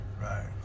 Right